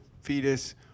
fetus